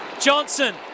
Johnson